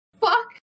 fuck